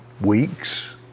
weeks